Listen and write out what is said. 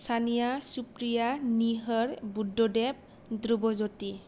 सानिया सुफ्रिया निहोर बुध'देभ दुरबय्जति